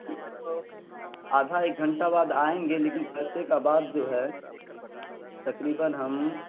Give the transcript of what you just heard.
ٹھیک ہے تو آدھا ایک گھنٹہ بعد آئیں گے لیکن پیسے کا بات جو ہے تقریباً ہم